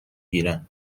گیرم